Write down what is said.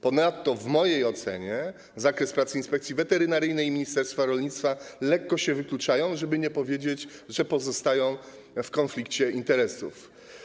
Ponadto w mojej ocenie zakres pracy Inspekcji Weterynaryjnej i ministerstwa rolnictwa lekko się wykluczają, żeby nie powiedzieć, że pozostają w konflikcie interesów.